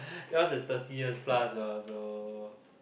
yours is thirty years plus ah though